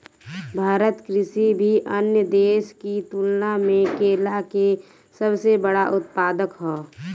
भारत किसी भी अन्य देश की तुलना में केला के सबसे बड़ा उत्पादक ह